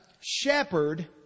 shepherd